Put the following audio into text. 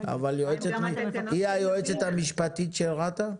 אבל היא היועצת המשפטית של רת"א?